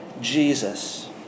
Jesus